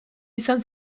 izan